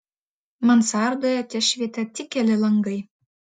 mansardoje tešvietė tik keli langai